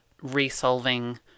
resolving